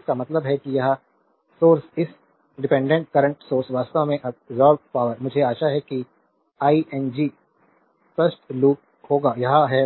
इसका मतलब है कि यह सोर्स इस डिपेंडेंट करंट सोर्स वास्तव में अब्सोर्बेद पावरमुझे आशा है कि आईएनजी स्पष्ट लूप होगा यह है